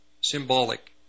Symbolic